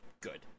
good